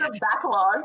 backlog